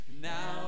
Now